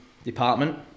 department